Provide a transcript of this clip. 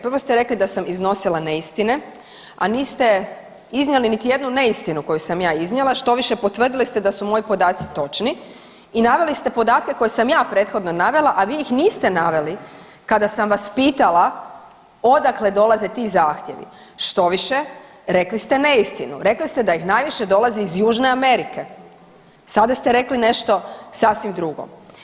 Prvo ste rekli da sam iznosila neistine a niste iznijeli niti jednu neistinu koju sam ja iznijela, štoviše potvrdili ste da su moji podaci točni, i naveli ste podatke koje sam ja prethodno navela a vi ih niste naveli kada sam vas pitala odakle dolaze ti zahtjevi, štoviše rekli ste neistinu, rekli ste da ih najviše dolazi iz Južne Amerike, sada ste rekli nešto sasvim drugo.